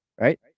right